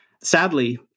sadly